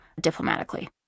diplomatically